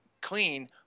clean